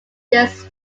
this